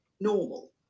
normal